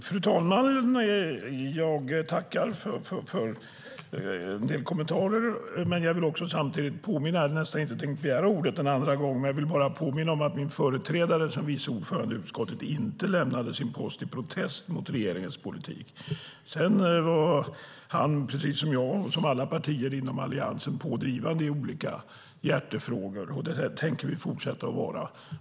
Fru talman! Jag tackar för en del kommentarer men vill samtidigt påminna om att min företrädare som vice ordförande i utskottet inte lämnade sin post i protest mot regeringens politik. Han var precis som jag och som alla partier i Alliansen pådrivande i olika hjärtefrågor, och det tänker vi fortsätta vara.